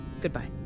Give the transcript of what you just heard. Goodbye